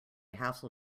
hassle